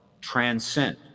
transcend